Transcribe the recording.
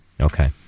Okay